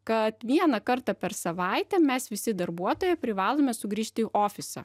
kad vieną kartą per savaitę mes visi darbuotojai privalome sugrįžt į ofisą